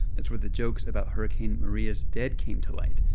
that's where the jokes about hurricane maria's dead came to light,